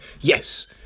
yes